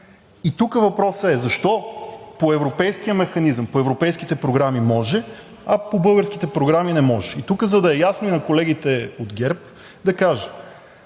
И тук въпросът е: защо по Европейския механизъм, по европейските програми може, а по българските програми не може? И тук, за да е ясно на колегите от ГЕРБ, да кажа